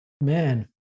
Man